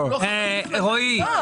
ברגעים אלה,